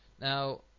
Now